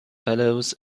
fellows